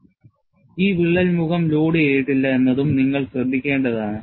J integral ഈ വിള്ളൽ മുഖം ലോഡുചെയ്തിട്ടില്ല എന്നതും നിങ്ങൾ ശ്രദ്ധിക്കേണ്ടതാണ്